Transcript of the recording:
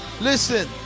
Listen